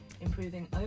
improving